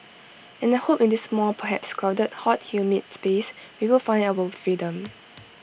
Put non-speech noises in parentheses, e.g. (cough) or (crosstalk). and I hope in this small perhaps crowded hot humid space we will find our own freedom (noise)